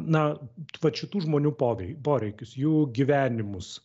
na vat šitų žmonių povei poreikius jų gyvenimus